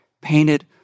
painted